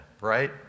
right